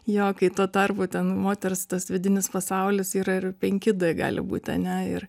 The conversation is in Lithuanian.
jo kai tuo tarpu ten moters tas vidinis pasaulis yra ir penki d gali būti ane ir